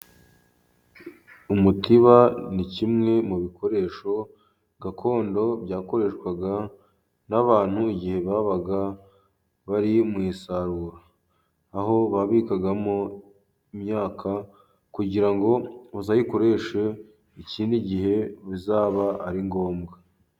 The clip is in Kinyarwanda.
Umutiba ni kimwe mu bikoresho gakondo byakoreshwaga n'abantu igihe babaga bari mu isarura, aho babikagamo imyaka kugira ngo bazayikoreshe ikindi gihe bizaba ari ngombwa.